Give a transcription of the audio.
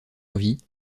envie